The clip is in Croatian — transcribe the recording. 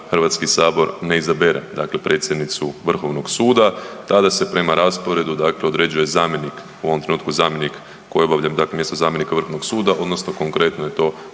da sutra HS ne izabere dakle predsjednicu vrhovnog suda. Tada se prema rasporedu dakle određuje zamjenik, u ovom trenutku zamjenik koji obavlja, dakle mjesto zamjenika vrhovnog suda odnosno konkretno je to